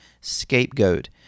scapegoat